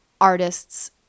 artists